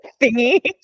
thingy